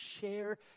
share